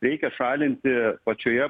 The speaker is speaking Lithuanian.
reikia šalinti pačioje